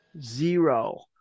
zero